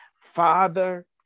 Father